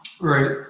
Right